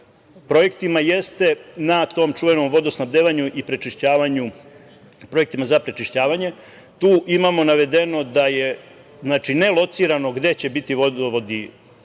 projektima jeste na tom čuvenom vodosnabdevanju i projektima za prečišćavanje. Tu imamo navedeno da je nelocirano gde će vodovodi